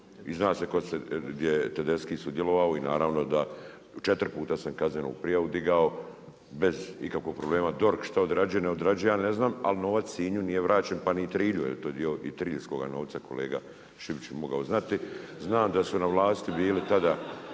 I zna se gdje je Tedechi sudjelovao i naravno da četiri puta sam kaznenu prijavu digao bez ikakvog problema. DORH što odrađuje ne odrađuje ne znam, ali novac Sinju nije vraćen, pa ni Trilju, jer to je dio i triljskoga novca kolega Šipić je mogao znati. Znam da su na vlasti bili tada,